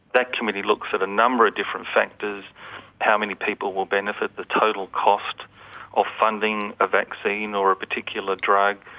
that committee looks at a number of different factors how many people will benefit the total cost of funding a vaccine or a particular drug,